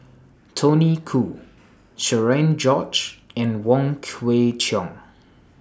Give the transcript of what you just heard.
Tony Khoo Cherian George and Wong Kwei Cheong